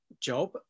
job